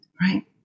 right